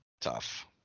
Tough